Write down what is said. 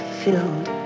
filled